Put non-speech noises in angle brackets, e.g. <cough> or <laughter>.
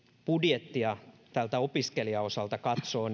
budjettia opiskelijan osalta katsoo <unintelligible>